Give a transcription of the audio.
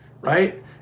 right